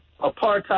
apartheid